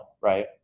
right